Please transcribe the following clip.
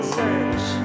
search